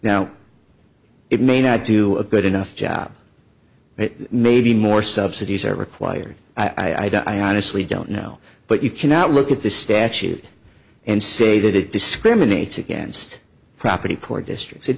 now it may not to a good enough job but maybe more subsidies are required i don't i honestly don't know but you cannot look at this statute and say that it discriminates against property poor districts it